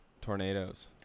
tornadoes